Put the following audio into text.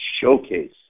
showcase